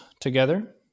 together